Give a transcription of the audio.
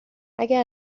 اگه